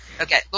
Okay